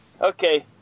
Okay